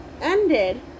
ended